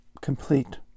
complete